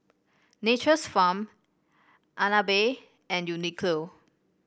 Nature's Farm Agnes Bay and Uniqlo